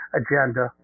agenda